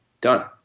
Done